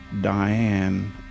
Diane